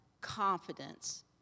confidence